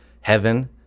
Heaven